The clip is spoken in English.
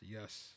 Yes